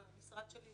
אבל המשרד שלי,